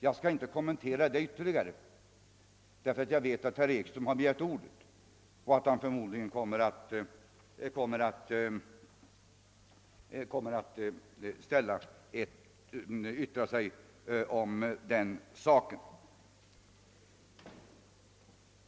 Jag skall inte kommentera det ytterligare, eftersom jag vet att herr Ekström har begärt ordet och förmodligen kommer att yttra sig om den saken.